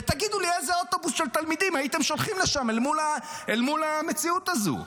ותגיד לי איזה אוטובוס של תלמידים הייתם שולחים לשם אל מול המציאות הזו.